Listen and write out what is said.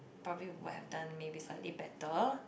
probably would have done maybe slightly better